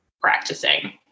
practicing